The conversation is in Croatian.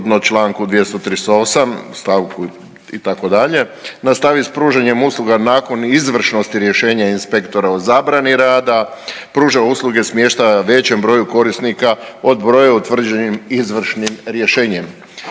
Članku 238. stavku itd., nastavi s pružanjem usluga nakon izvršnosti rješenja inspektora o zabrani rada, pruža usluge smještaja većem broju korisnika od broja utvrđenim izvršnim rješenjem.